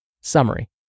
Summary